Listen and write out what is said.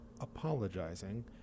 apologizing